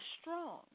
strong